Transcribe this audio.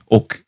Och